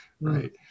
Right